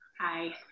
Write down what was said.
Hi